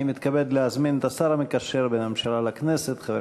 אני מתכבד להזמין את השר המקשר בין הממשלה לכנסת חבר